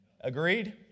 Agreed